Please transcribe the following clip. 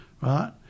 right